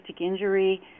injury